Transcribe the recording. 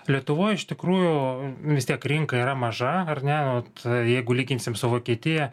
lietuvoj iš tikrųjų vis tiek rinka yra maža ar ne vat jeigu lyginsim su vokietija